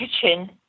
kitchen